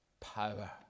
power